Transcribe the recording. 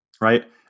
right